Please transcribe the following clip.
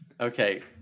Okay